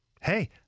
Hey